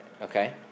Okay